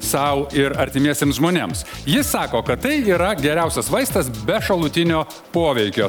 sau ir artimiesiems žmonėms jis sako kad tai yra geriausias vaistas be šalutinio poveikio